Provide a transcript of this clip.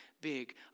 big